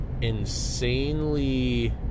insanely